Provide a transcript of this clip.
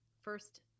first